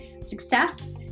success